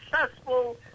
successful